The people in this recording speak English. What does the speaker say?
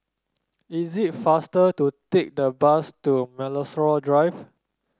is it faster to take the bus to Melrose Drive